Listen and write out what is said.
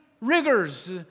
rigors